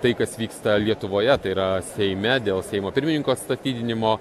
tai kas vyksta lietuvoje tai yra seime dėl seimo pirmininko atstatydinimo